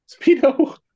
Speedo